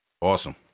awesome